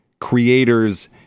creators